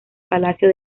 palacio